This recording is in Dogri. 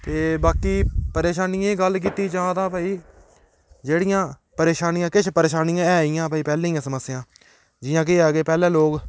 ते बाकी परेशानियें दी गल्ल कीती जा तां भाई जेह्ड़ियां परेशानियां किश परेशानियां ऐ हियां भई पैह्लें दियां समस्यां जि'यां केह् ऐ के पैह्लें लोक